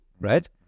right